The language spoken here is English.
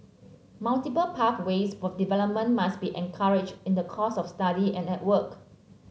multiple pathways for development must be encouraged in the course of study and at work